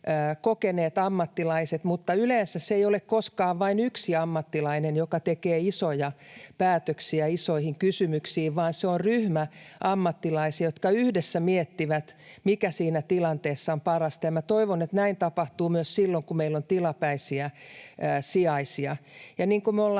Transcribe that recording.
kokeneet ammattilaiset, mutta yleensä se ei ole koskaan vain yksi ammattilainen, joka tekee isoja päätöksiä isoihin kysymyksiin, vaan se on ryhmä ammattilaisia, jotka yhdessä miettivät, mikä siinä tilanteessa on parasta. Ja minä toivon, että näin tapahtuu myös silloin, kun meillä on tilapäisiä sijaisia. Ja niin